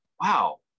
wow